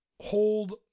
hold